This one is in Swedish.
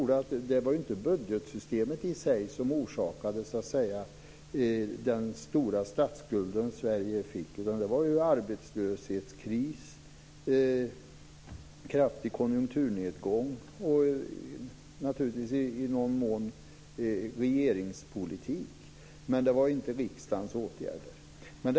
Det var ju inte budgetsystemet i sig som orsakade den stora statsskuld som Sverige fick, utan det var ju arbetslöshetskris, kraftig konjunkturnedgång och naturligtvis i någon mån regeringspolitik, men det var inte riksdagens åtgärder.